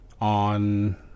On